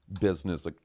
business